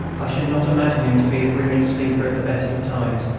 i should not imagine him to be a brilliant speaker at the best of times,